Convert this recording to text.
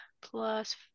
plus